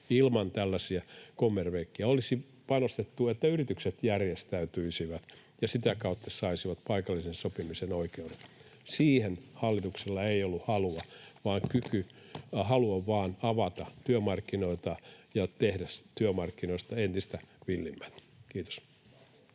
ilman tällaisia kommervenkkejä. Olisi panostettu, että yritykset järjestäytyisivät ja sitä kautta saisivat paikallisen sopimisen oikeuden. Siihen hallituksella ei ollut halua, vaan oli halua vain avata työmarkkinoita ja tehdä työmarkkinoista entistä villimmät. — Kiitos.